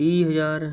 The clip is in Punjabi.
ਤੀਹ ਹਜ਼ਾਰ